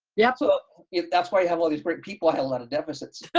yep. so yeah that's why you have all these great people. i had a lot of deficits.